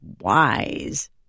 wise